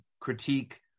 critique